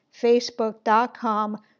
facebook.com